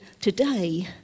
today